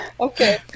Okay